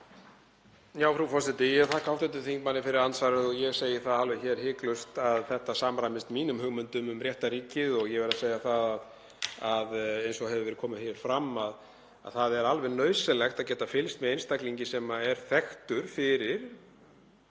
Frú forseti. Ég vil þakka hv. þingmanni fyrir andsvarið og ég segi það alveg hiklaust að þetta samræmist mínum hugmyndum um réttarríkið og ég verð að segja það, eins og hefur komið hér fram, að það er alveg nauðsynlegt að geta fylgst með einstaklingi sem er þekktur fyrir